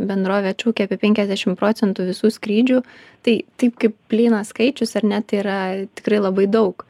bendrovė atšaukė apie penkiasdešim procentų visų skrydžių tai taip kaip plynas skaičius ar ne tai yra tikrai labai daug